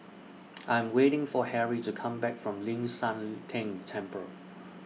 I Am waiting For Harry to Come Back from Ling San Teng Temple